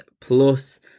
plus